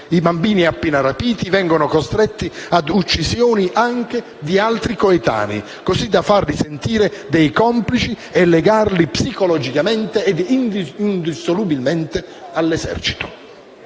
I bambini appena rapiti vengono costretti ad uccisioni anche di altri coetanei, così da farli sentire dei complici e legarli psicologicamente e indissolubilmente all'esercito.